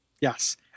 Yes